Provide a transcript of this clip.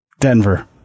Denver